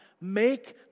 Make